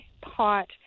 pot